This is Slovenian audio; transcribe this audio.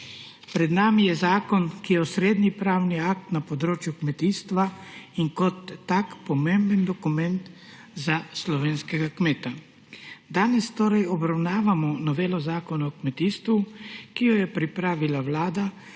Pred nami je zakon, ki je osrednji pravni akt na področju kmetijstva in kot tak pomemben dokument za slovenskega kmeta. Danes torej obravnavamo novelo Zakona o kmetijstvu, ki jo je pripravila Vlada,